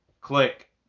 click